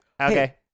Okay